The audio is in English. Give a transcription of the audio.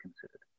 considered